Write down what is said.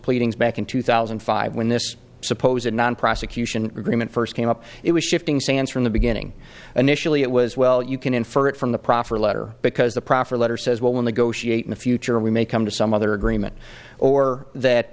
pleadings back in two thousand and five when this supposed non prosecution agreement first came up it was shifting sands from the beginning initially it was well you can infer it from the proffer letter because the proffer letter says well when they go she ate in the future we may come to some other agreement or that